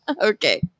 Okay